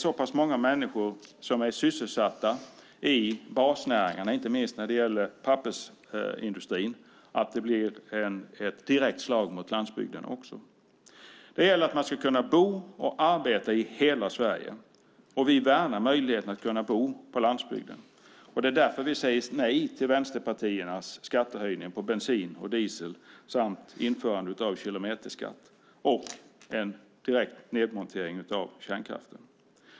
Så många människor är sysselsatta i basnäringarna, inte minst i pappersindustrin, att det också blir ett direkt slag mot landsbygden. Man ska kunna bo och arbeta i hela Sverige. Vi värnar möjligheten att bo på landsbygden. Därför säger vi nej till vänsterpartiernas skattehöjning på bensin och diesel samt till införande av kilometerskatt och en nedmontering av kärnkraften.